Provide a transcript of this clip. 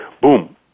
boom